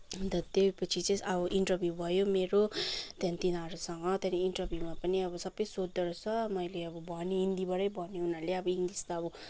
अनि त त्यहीपछि चाहिँ अब इन्टरभ्यू भयो मेरो त्यहाँदेखि तिनीहरूसँग त्यहाँनिर इन्टरभ्यूमा पनि अब सबै सोद्धो रहेछ मैले अब भनेँ हिन्दीबाटै भन्यो उनीहरूले अब इङ्लिस त अब